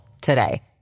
today